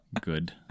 Good